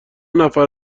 نفر